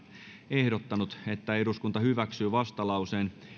ehdottanut että eduskunta hyväksyy vastalauseen